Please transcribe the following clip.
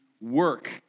work